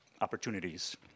opportunities